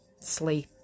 sleep